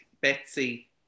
Betsy